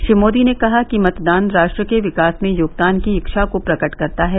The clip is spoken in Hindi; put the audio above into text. श्री मोदी ने कहा कि मतदान राष्ट्र के विकास में योगदान की इच्छा को प्रकट करता है